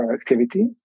activity